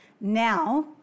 now